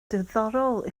diddorol